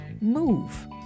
move